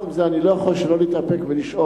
עם זה, אני לא יכול שלא להתאפק ולשאול: